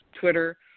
Twitter